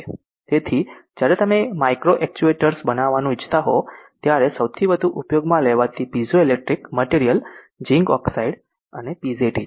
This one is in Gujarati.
તેથી જ્યારે તમે માઇક્રો એક્ચ્યુએટર્સ બનાવવાનું ઇચ્છતા હો ત્યારે સૌથી વધુ ઉપયોગમાં લેવામાં આવતી પીઝોઇલેક્ટ્રિક મટિરિયલ જિંક ઓકસાઈડ અને પીઝેટી છે